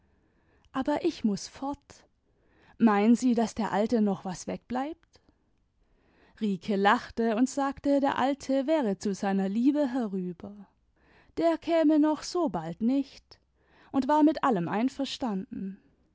aber ich muß fort meinen sie daß der alte noch was wegbleibt rike lachte und sagte der alte wäre zu seiner liebe herüber der käme noch sobald nicht und war mit allem einverstanden